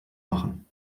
machen